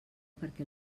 perquè